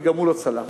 וגם הוא לא צלח.